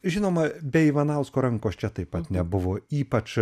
žinoma bei ivanausko rankos čia taip pat nebuvo ypač